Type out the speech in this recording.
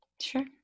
Sure